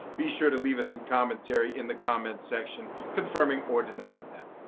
be sure to leave us some commentary in the comments section confirming or denying that.